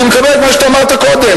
אני מקבל את מה שאמרת קודם.